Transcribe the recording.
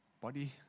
body